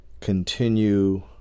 continue